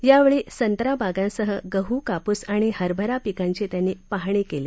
यावेळी संत्रा बागांसह गहू कापूस आणि हरभरा पिकांची पाहणी त्यांनी केली